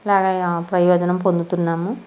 చాలా ప్రయోజనం పొందుతున్నాము